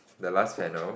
the last panel